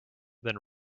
than